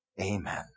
Amen